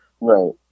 Right